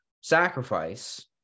sacrifice